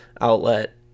outlet